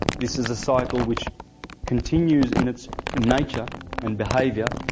this is a cycle which continues in its nature and behavior,